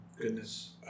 goodness